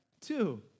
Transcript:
Two